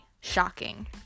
shocking